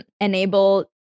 enable